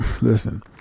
listen